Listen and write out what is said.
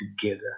together